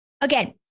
again